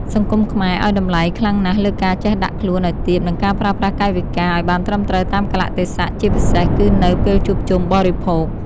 សង្គមខ្មែរឱ្យតម្លៃខ្លាំងណាស់លើការចេះដាក់ខ្លួនឱ្យទាបនិងការប្រើប្រាស់កាយវិការឱ្យបានត្រឹមត្រូវតាមកាលៈទេសៈជាពិសេសគឺនៅពេលជួបជុំបរិភោគ។